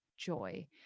joy